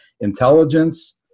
intelligence